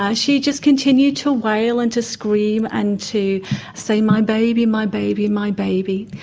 ah she just continued to wail and to scream and to say, my baby, my baby, my baby.